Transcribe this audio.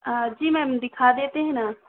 जी ma'am दिखा देते हैं न